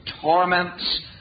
torments